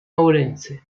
ourense